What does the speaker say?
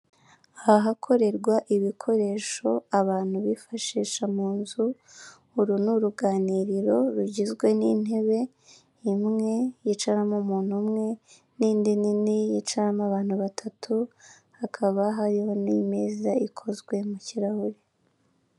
Ahakorerwa ibikoresho abantu bifashisha mu inzu, uru n'uruganiriro rugizwe n'intebe imwe yicaramo umuntu umwe, n'indi nini yicaramo abantu batatu, hakaba hariho n'meza ikozwe mu kirahure.